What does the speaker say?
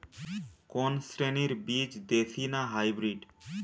কোন শ্রেণীর বীজ দেশী না হাইব্রিড?